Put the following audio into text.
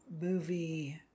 movie